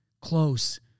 close